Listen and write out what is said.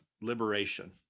liberation